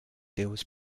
deals